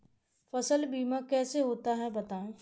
फसल बीमा कैसे होता है बताएँ?